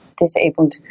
disabled